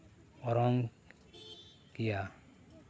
ᱚᱨᱚᱝ ᱠᱮᱭᱟ